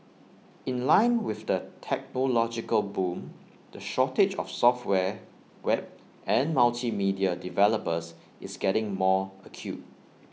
in line with the technological boom the shortage of software web and multimedia developers is getting more acute